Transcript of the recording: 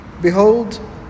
Behold